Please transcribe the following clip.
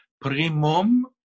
primum